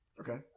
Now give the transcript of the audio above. Okay